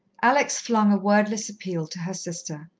alex flung a wordless appeal to her sister.